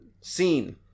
scene